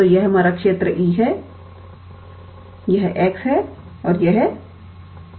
तो यह हमारा क्षेत्र E है यह x है यह y है